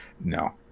No